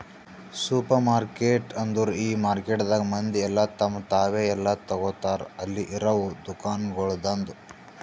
supermarket ಅಂದುರ್ ಈ ಮಾರ್ಕೆಟದಾಗ್ ಮಂದಿ ಎಲ್ಲಾ ತಮ್ ತಾವೇ ಎಲ್ಲಾ ತೋಗತಾರ್ ಅಲ್ಲಿ ಇರವು ದುಕಾನಗೊಳ್ದಾಂದು